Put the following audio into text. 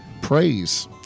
praise